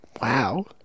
Wow